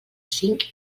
cinc